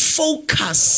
focus